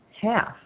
half